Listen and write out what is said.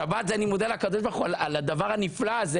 בשבת אני מודה לקדוש ברוך הוא על הדבר הנפלא הזה